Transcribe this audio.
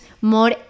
more